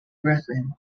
brethren